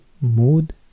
Mood